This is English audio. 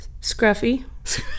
scruffy